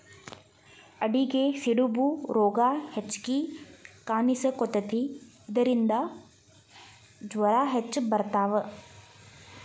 ಆಡಿಗೆ ಸಿಡುಬು ರೋಗಾ ಹೆಚಗಿ ಕಾಣಿಸಕೊತತಿ ಇದರಿಂದ ಜ್ವರಾ ಹೆಚ್ಚ ಬರತಾವ